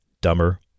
dumber